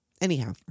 Anyhow